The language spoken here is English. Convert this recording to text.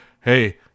hey